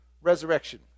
resurrection